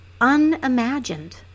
unimagined